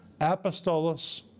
apostolos